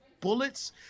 bullets